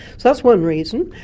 so that's one reason.